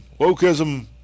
Wokeism